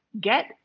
get